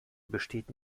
besteht